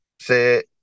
say